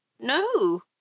no